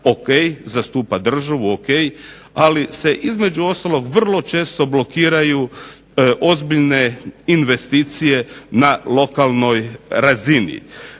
ok, zastupa državu ok, ali se između ostalog vrlo često blokiraju vrlo ozbiljne investicije na lokalnoj razini.